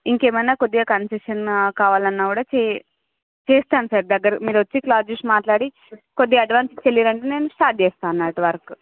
ఇంకేమైనా కొద్దిగా కన్సెసన్ కావాలన్నా కూడా చె చేస్తాను సార్ దగ్గర మీరు వచ్చి క్లాత్ చూసి మాట్లాడి కొద్దిగా అడ్వాన్స్ ఇచ్చెళ్ళారంటే వెంటనే నేను స్టార్ట్ చేస్తాను అన్నట్టు వర్క్